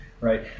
Right